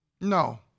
No